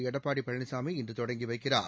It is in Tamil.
எடப்பாடி பழனிசாமி இன்று தொடங்கி வைக்கிறார்